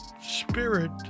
spirit